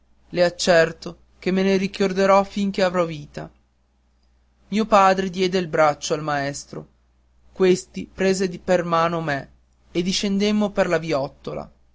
le accerto che me ne ricorderò fin che avrò vita mio padre diede il braccio al maestro questi prese per mano me e discendemmo per la viottola